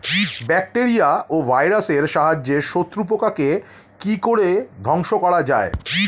Bacteria ও ভাইরাসের সাহায্যে শত্রু পোকাকে কি ধ্বংস করা যায়?